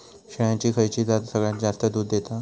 शेळ्यांची खयची जात सगळ्यात जास्त दूध देता?